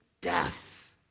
death